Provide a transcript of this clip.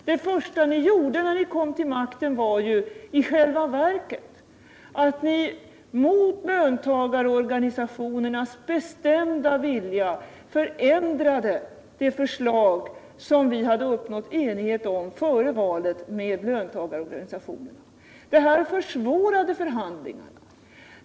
Det första ni gjorde när ni kom till makten var ju i själva verket att mot löntagarorganisationernas bestämda vilja förändra det förslag som vi före valet hade uppnått enighet om med löntagarnas organisationer. Detta försvårade förhandlingarna.